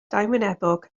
dauwynebog